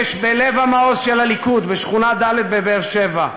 אמש, בלב המעוז של הליכוד, בשכונה ד' בבאר-שבע,